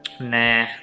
Nah